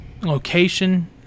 location –